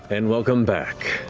and welcome back.